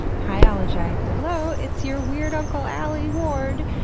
hi, ah ologites! hello, it's your weird uncle alie ward,